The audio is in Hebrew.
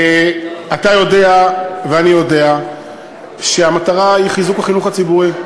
אתה יודע ואני יודע שהמטרה היא חיזוק החינוך הציבורי.